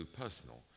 personal